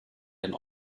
den